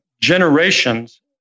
generations